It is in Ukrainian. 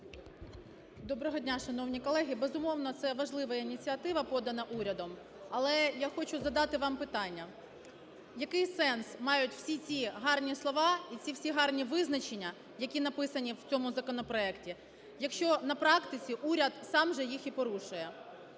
Доброго дня, шановні колеги. Безумовно, це важлива ініціатива, подана урядом. Але я хочу задати вам питання: який сенс мають всі ці гарні слова і ці всі гарні визначення, які написані в цьому законопроекті, якщо на практиці уряд сам же їх і порушує?